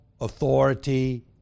authority